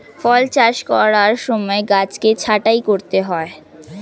ফল চাষ করার সময় গাছকে ছাঁটাই করতে হয়